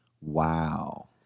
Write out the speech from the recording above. Wow